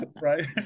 Right